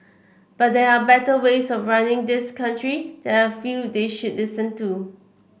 but there are better ways of running this country that I feel they should listen to